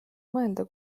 mõelda